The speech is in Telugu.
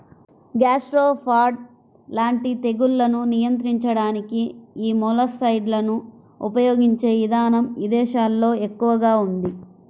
గ్యాస్ట్రోపాడ్ లాంటి తెగుళ్లను నియంత్రించడానికి యీ మొలస్సైడ్లను ఉపయిగించే ఇదానం ఇదేశాల్లో ఎక్కువగా ఉంది